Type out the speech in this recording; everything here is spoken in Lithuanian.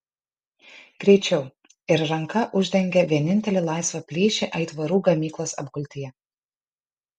greičiau ir ranka uždengė vienintelį laisvą plyšį aitvarų gamyklos apgultyje